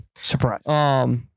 Surprise